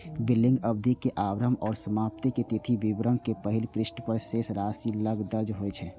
billing अवधि के आरंभ आ समाप्ति तिथि विवरणक पहिल पृष्ठ पर शेष राशि लग दर्ज होइ छै